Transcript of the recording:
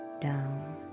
down